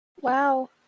Wow